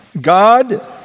God